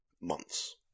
months